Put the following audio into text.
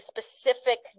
specific